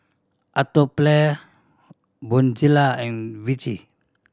Atopiclair Bonjela and Vichy